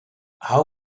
how